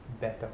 better